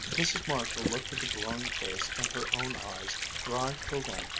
mrs. marshall looked at the glowing face and her own eyes, dry till then,